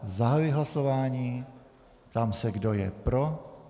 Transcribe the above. Zahajuji hlasování a ptám se, kdo je pro.